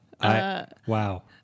Wow